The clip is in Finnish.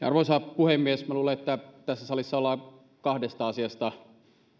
arvoisa puhemies minä luulen että tässä salissa on kahdesta asiasta